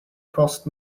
cost